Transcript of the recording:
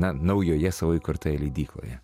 na naujoje savo įkurtoje leidykloje